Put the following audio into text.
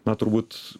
na turbūt